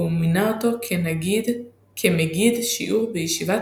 והוא מינה אותו כמגיד שיעור בישיבה